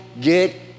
get